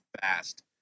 fast